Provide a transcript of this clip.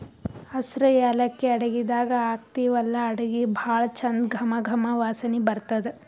ಹಸ್ರ್ ಯಾಲಕ್ಕಿ ಅಡಗಿದಾಗ್ ಹಾಕ್ತಿವಲ್ಲಾ ಅಡಗಿ ಭಾಳ್ ಚಂದ್ ಘಮ ಘಮ ವಾಸನಿ ಬರ್ತದ್